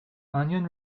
onion